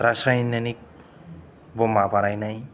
रासायनानिक ब'मा बानायनाय